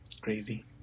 Crazy